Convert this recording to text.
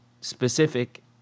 specific